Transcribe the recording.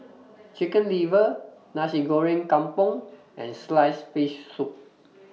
Chicken Liver Nasi Goreng Kampung and Sliced Fish Soup